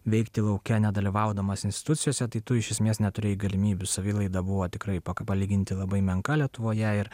veikti lauke nedalyvaudamas institucijose tai tu iš esmės neturėjai galimybių savilaida buvo tikrai paka lyginti labai menka lietuvoje ir